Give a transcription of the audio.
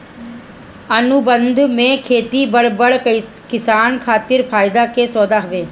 अनुबंध पे खेती बड़ बड़ किसान खातिर फायदा के सौदा हवे